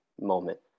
moment